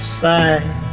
side